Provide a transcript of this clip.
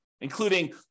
including